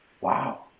wow